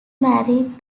married